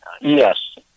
Yes